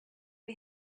are